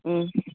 ہوں